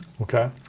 Okay